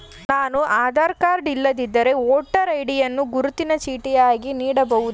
ನಾನು ಆಧಾರ ಕಾರ್ಡ್ ಇಲ್ಲದಿದ್ದರೆ voter ID ಯನ್ನು ಗುರುತಿನ ಚೀಟಿಯಾಗಿ ನೀಡಬಹುದೇ?